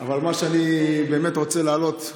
אבל מה שאני באמת רוצה להעלות,